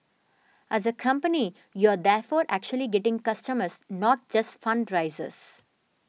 as a company you are therefore actually getting customers not just fundraisers